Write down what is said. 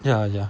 ya ya